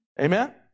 Amen